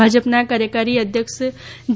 ભાજપના કાર્યકારી અધ્યક્ષ જે